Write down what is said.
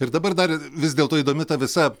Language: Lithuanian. ir dabar dar vis dėlto įdomi ta visa